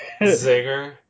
Zinger